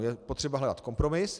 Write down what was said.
Je potřeba hledat kompromis.